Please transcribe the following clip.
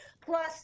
Plus